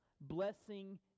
blessing